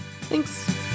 Thanks